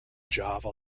java